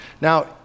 Now